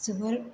जोबोर